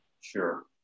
Sure